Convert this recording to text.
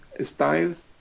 styles